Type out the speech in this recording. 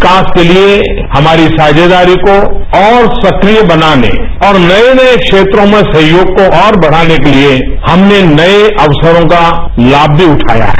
विकास के लिए हमारी साझेदारी को और सक्रिय बनाने और नए नए क्षेत्रों में सहयोग को और बढ़ाने के लिए हमने नए अवसरों का लाभ भी उठाया है